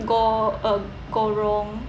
go uh go wrong